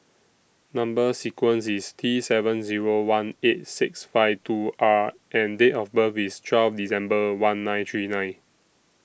Number sequence IS T seven Zero one eight six five two R and Date of birth IS twelve December one nine three nine